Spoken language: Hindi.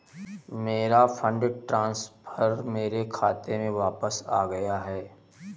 मेरा फंड ट्रांसफर मेरे खाते में वापस आ गया है